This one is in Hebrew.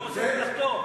לא עושה את מלאכתו.